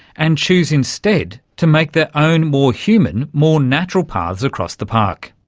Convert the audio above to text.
and choose instead to make their own more human, more natural paths across the park.